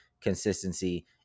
consistency